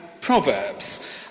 Proverbs